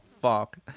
fuck